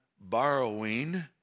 borrowing